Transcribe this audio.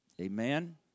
Amen